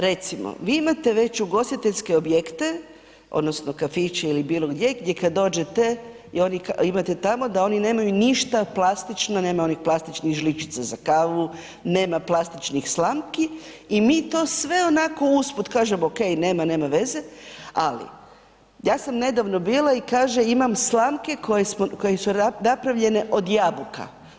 Recimo, vi imate već ugostiteljske objekte, odnosno kafiće ili bilo gdje, gdje kad dođete i imate tamo, da oni nemaju ništa plastično, nema onih plastičnih žličica za kavu, nema plastičnih slamki i mi to sve onako usput kažemo, okej, nema veze, ali, ja sam nedavno bila i kaže imamo slamke koje su napravljene od jabuka.